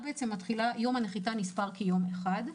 יום הנחיתה נספר כיום אחד.